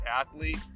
athlete